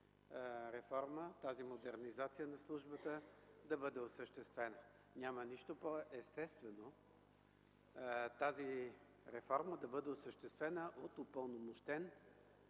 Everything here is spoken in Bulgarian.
реформа, тази модернизация на службата да бъде осъществена – няма нищо по-естествено тази реформа да бъде осъществена от упълномощен